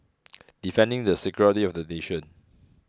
defending the security of the nation